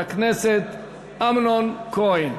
הצעת החוק תועבר להכנתה לקריאה ראשונה לוועדת החינוך,